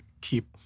keep